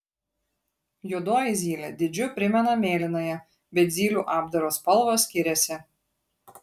juodoji zylė dydžiu primena mėlynąją bet zylių apdaro spalvos skiriasi